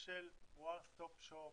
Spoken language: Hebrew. של one stop shop,